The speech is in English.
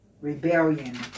rebellion